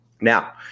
Now